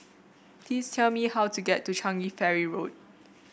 please tell me how to get to Changi Ferry Road